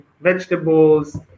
vegetables